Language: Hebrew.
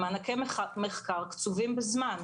מענקי המחקר קצובים בזמן,